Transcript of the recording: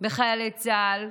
בחיילי צה"ל.